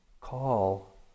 call